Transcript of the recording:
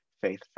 faith